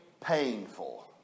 painful